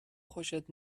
خوشت